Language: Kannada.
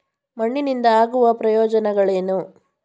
ಮಣ್ಣಿನಿಂದ ಆಗುವ ಪ್ರಯೋಜನಗಳೇನು?